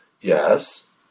Yes